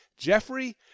Jeffrey